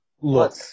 look